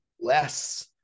less